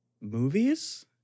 Movies